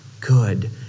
good